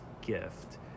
gift